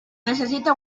necesita